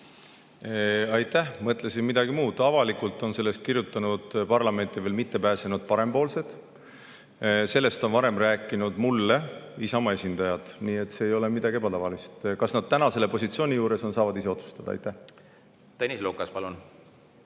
Aitäh! Mõtlesin midagi muud. Avalikult on sellest kirjutanud parlamenti veel mitte pääsenud Parempoolsed. Sellest on mulle varem rääkinud Isamaa esindajad. Nii et siin ei ole midagi ebatavalist. Kas nad täna sellel positsioonil on, seda saavad nad ise otsustada. Aitäh! Mõtlesin midagi muud.